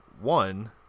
one